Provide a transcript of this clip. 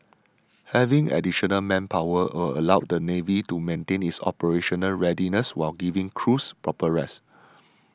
having additional manpower will allow the navy to maintain its operational readiness while giving crews proper rest